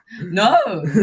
no